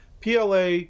PLA